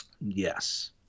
Yes